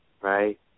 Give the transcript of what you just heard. right